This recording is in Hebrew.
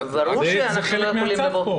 זה חלק מהצו.